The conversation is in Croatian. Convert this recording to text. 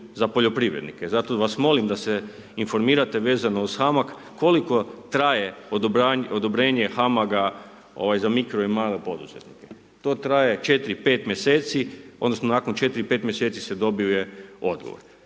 za poljoprivrednike, zato vas molim da se informirate vezano uz HAMAG koliko traje odobravanje, odobrenje HAMAG-a za mikro i male poduzetnike. To traje četiri, pet mjeseci, odnosno nakon četiri, pet mjeseci se dobije odgovor.